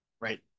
right